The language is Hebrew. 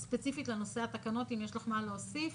ספציפית לנושא התקנות אם יש לך משהו להוסיף,